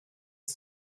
ist